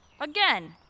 Again